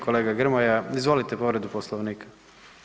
Kolega Grmoja izvolite povredu Poslovnika.